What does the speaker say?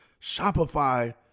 Shopify